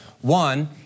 One